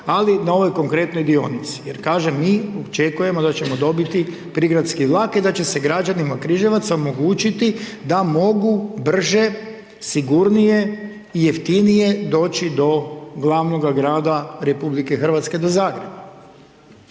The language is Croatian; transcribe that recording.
ali na ovoj konkretnoj dionici jer kažem, mi očekujemo da ćemo dobiti prigradski vlak i da će se građanima Križevaca omogućiti da mogu brže, sigurnije i jeftinije doći do glavnoga grada RH, do Zagreba.